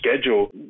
schedule